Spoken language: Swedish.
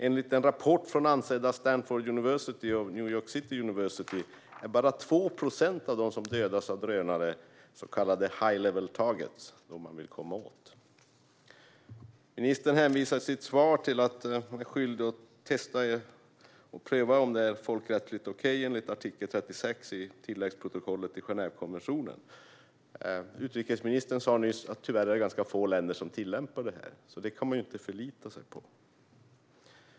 Enligt en rapport från ansedda Stanford University och New York University är bara 2 procent av dem som dödas av drönare så kallade high level targets - dem man vill komma åt. Ministern hänvisar i sitt svar till att man är skyldig att pröva om det är folkrättsligt okej, enligt artikel 36 i tilläggsprotokoll I till Genèvekonventionerna. Utrikesministern sa nyss att det tyvärr är ganska få länder som tillämpar detta. Det kan man alltså inte förlita sig på.